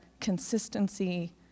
consistency